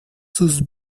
sus